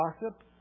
gossip